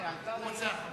היא קראה לך.